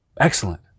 Excellent